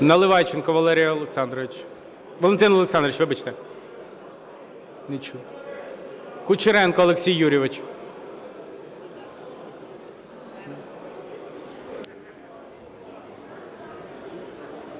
Наливайченко Валерій Олександрович. Валентин Олександрович. Вибачте. Кучеренко Олексій Юрійович.